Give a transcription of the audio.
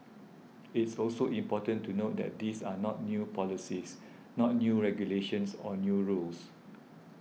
it's also important to note that these are not new policies not new regulations or new rules